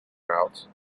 routes